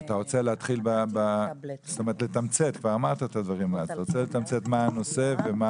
אתה רוצה לתמצת מה הנושא ועל